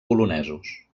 polonesos